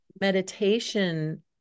meditation